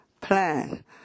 plan